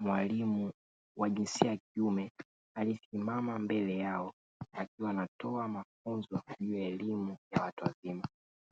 mwalimu wajinsia ya wakiume aliye simama mbele yao, akiwa anatoa mafunzo juu ya elimu ya watu wazima.